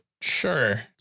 sure